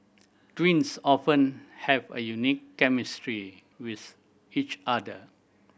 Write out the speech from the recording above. twins often have a unique chemistry with each other